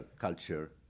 culture